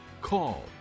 call